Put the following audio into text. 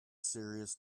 serious